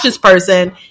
person